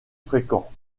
fréquent